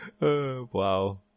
Wow